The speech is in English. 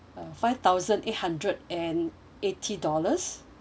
uh five thousand eight hundred and eighty dollars